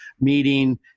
meeting